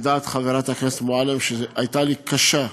יודעת חברת הכנסת מועלם, הייתה לי קשה,